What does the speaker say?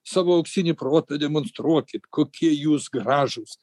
savo auksinį protą demonstruokit kokie jūs gražūs